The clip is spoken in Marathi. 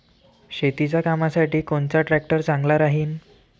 शेतीच्या कामासाठी कोनचा ट्रॅक्टर चांगला राहीन?